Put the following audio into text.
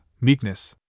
meekness